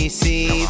see